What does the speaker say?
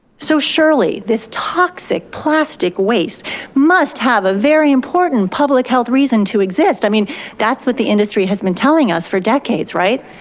so surely, this toxic plastic waste must have a very important public health reason to exist. i mean that's what the industry has been telling us for decades, right?